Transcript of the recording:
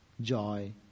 joy